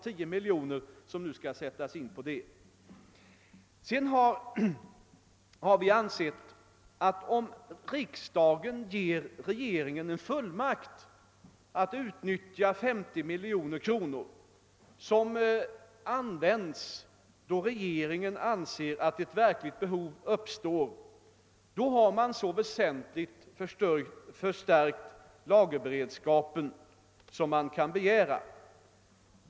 Vi har dessutom ansett att lagerberedskapen har, om riksdagen ger regeringen en fullmakt att utnyttja 50 milj.kr. att användas när regeringen menar att ett verkligt behov uppstår, så väsentligt förstärkts som det kan begäras.